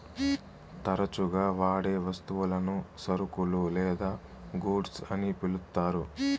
తరచుగా వాడే వస్తువులను సరుకులు లేదా గూడ్స్ అని పిలుత్తారు